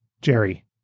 Jerry